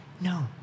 No